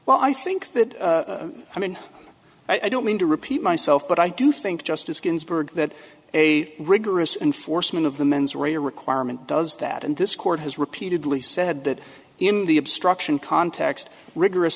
well i think that i mean i don't mean to repeat myself but i do think justice ginsburg that a rigorous and foresman of the mens rea requirement does that and this court has repeatedly said that in the obstruction context rigorous